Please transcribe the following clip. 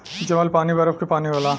जमल पानी बरफ के पानी होला